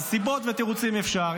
אז סיבות ותירוצים אפשר.